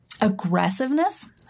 Aggressiveness